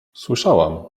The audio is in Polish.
słyszałam